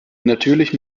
natürlich